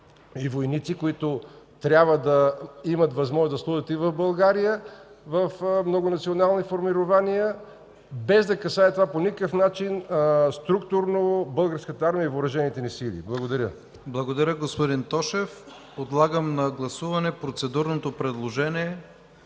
или войници, които трябва да имат възможност да служат и в България в многонационални формирования, без това да касае по никакъв начин структурно Българската армия и Въоръжените ни сили. Благодаря. ПРЕДСЕДАТЕЛ ИВАН К. ИВАНОВ: Благодаря, господин Тошев. Подлагам на гласуване процедурното предложение